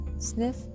Sniff